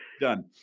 done